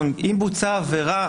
אם בוצעה עבירה,